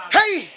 Hey